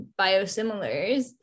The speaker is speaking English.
biosimilars